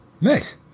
Nice